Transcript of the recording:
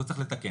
והוא צריך לתקן.